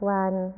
one